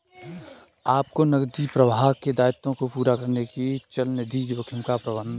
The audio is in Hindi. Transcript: आपको नकदी प्रवाह के दायित्वों को पूरा करने के लिए चलनिधि जोखिम का प्रबंधन करना चाहिए